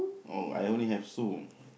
oh I only have so